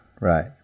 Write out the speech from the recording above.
Right